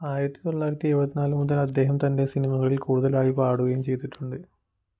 ആയിരത്തിത്തൊള്ളായിരത്തി എഴുപത്തിനാല് മുതൽ അദ്ദേഹം തൻറ്റെ സിനിമകളിൽ കൂടുതലായി പാടുകയും ചെയ്തിട്ടുണ്ട്